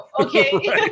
Okay